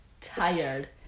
Tired